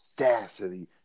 audacity